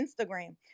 Instagram